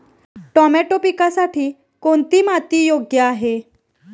Tomato पिकासाठी कोणती माती योग्य आहे?